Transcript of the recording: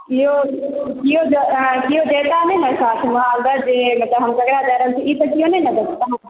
यौ यौ केओ जेता नहि ने साथमे बड जे हम हम केकरा दय रहल छियै ई तऽ नहि ने केओ बुझताह